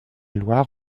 loire